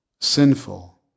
sinful